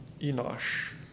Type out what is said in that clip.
Enosh